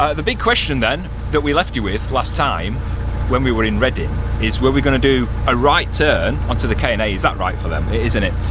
ah the big question then that we left you with last time when we were in reading is were we gonna do a right turn onto the k and a, is that right for them, it is isn't it.